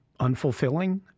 unfulfilling